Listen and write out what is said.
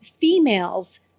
females